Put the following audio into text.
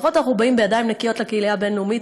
לפחות אנחנו באים בידיים נקיות לקהילה הבין-לאומית